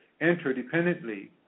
interdependently